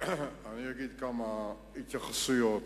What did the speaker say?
אני אתייחס לכמה דברים.